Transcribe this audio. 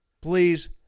Please